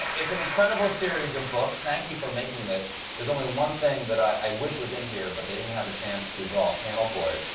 it's an incredible series of books. thank you for making this. there's only one thing that i wish was in here, but they didn't have a chance to draw a panel for it,